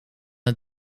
het